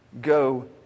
go